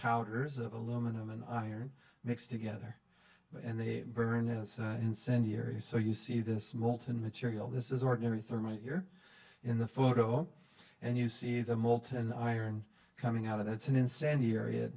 powders of aluminum an iron mixed together and they burn as incendiary so you see this molten material this is ordinary thermite you're in the photo and you see the molten iron coming out of it's an incendiary it